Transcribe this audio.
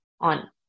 on